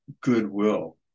goodwill